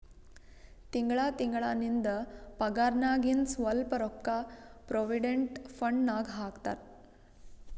ತಿಂಗಳಾ ತಿಂಗಳಾ ನಿಂದ್ ಪಗಾರ್ನಾಗಿಂದ್ ಸ್ವಲ್ಪ ರೊಕ್ಕಾ ಪ್ರೊವಿಡೆಂಟ್ ಫಂಡ್ ನಾಗ್ ಹಾಕ್ತಾರ್